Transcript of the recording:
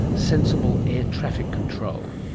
sensible air traffic control